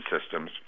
systems